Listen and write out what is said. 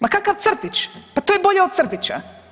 Ma kakav crtić, pa to je bolje od crtića.